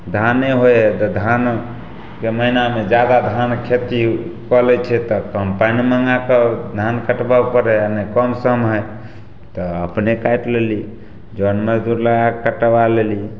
धाने होइ हइ तऽ धानके महीनामे जादा धान खेती कऽ लै छियै तऽ कम्बाइन मँगाके धान कटबय पड़य यऽ नहि कम सम हइ तऽ अपने काटि लेली जन मजदूर लगाके कटबा लेली